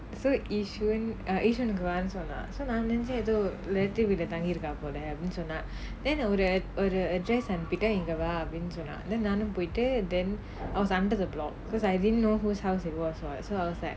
so yishun err yishun glance [one] ah so வானு சொன்ன நினைச்சேன் ஏதோ ஒரு:vaanu sonna ninaichaen etho oru relative வீட்டுல தங்கி இருக்கானு சொன்ன:veetula thangi irukkaanu sonna then ஒரு:oru address அனுப்பிட்டு இங்க வானு சொன்ன:anupittu inga vaanu sonna then நானும் போயிட்டு:naanum poyittu then I was under the block because I didn't know whose house it was [what] so I was